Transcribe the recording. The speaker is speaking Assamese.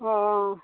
অ